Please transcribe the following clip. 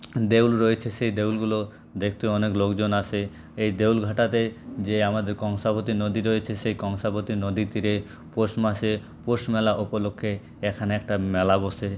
দেউল রয়েছে সেই দেউলগুলো দেখতে অনেক লোকজন আছে এই দেউলঘাটাতে যে আমাদের কংসাবতী নদী রয়েছে সেই কংসাবতী নদীতীরে পৌষ মাসে পৌষ মেলা উপলক্ষ্যে এখানে একটা মেলা বসে